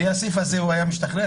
בלי הסעיף הזה הוא היה משתחרר.